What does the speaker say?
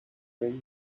very